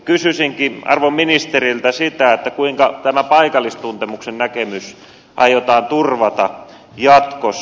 kysyisinkin arvon ministeriltä sitä kuinka tämä paikallistuntemuksen näkemys aiotaan turvata jatkossa